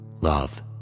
love